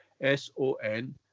S-O-N